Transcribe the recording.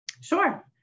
Sure